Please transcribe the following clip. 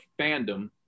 fandom